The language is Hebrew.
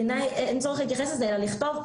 בעיניי אין צורך להתייחס לזה אלא לכתוב,